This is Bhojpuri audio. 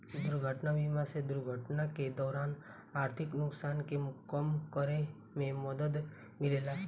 दुर्घटना बीमा से दुर्घटना के दौरान आर्थिक नुकसान के कम करे में मदद मिलेला